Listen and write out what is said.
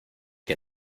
que